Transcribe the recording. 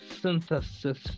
Synthesis